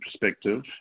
perspective